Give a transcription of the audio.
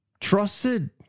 trusted